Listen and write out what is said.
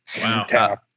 Wow